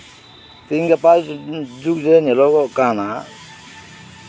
ᱛᱮᱦᱤᱧ ᱜᱟᱯᱟ ᱡᱩᱜᱽᱨᱮ ᱧᱮᱞᱚᱜᱚᱜ ᱠᱟᱱᱟ